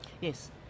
Yes